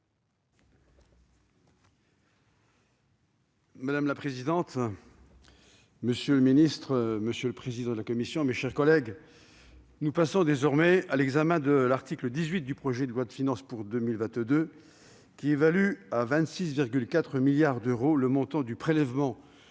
Madame la présidente, monsieur le secrétaire d'État, mes chers collègues, nous passons désormais à l'examen de l'article 18 du projet de loi de finances pour 2022, qui évalue à 26,4 milliards d'euros le montant du prélèvement